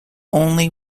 only